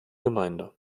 gemeinde